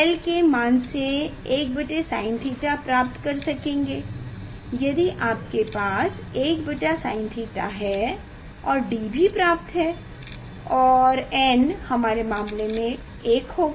l के मान से 1Sin𝛉 प्राप्त कर सकेंगे यदि आपके पास 1Sin𝛉 है और D भी प्राप्त है और n हमारे मामले में 1 होगा